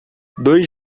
dois